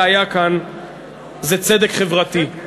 שהיה כאן זה צדק חברתי.